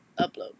upload